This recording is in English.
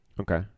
Okay